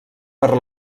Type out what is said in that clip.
per